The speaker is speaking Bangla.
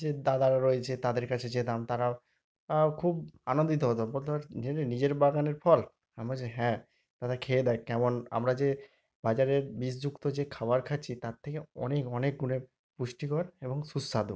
যে দাদারা রয়েছে তাদের কাছে যেতাম তারাও তারাও খুব আনন্দিত হতো বলতো জেনে নিজের বাগানের ফল আমি বলছি হ্যাঁ দাদা খেয়ে দেখ কেমন আমরা যে বাজারের বিষযুক্ত যে খাবার খাচ্ছি তার থেকে অনেক অনেক গুণে পুষ্টিকর এবং সুস্বাদু